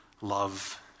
love